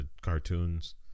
Cartoons